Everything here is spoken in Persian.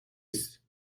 است